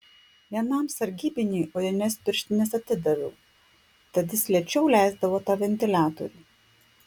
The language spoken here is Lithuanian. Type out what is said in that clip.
vienam sargybiniui odines pirštines atidaviau tad jis lėčiau leisdavo tą ventiliatorių